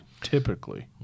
typically